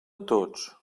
tots